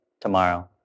tomorrow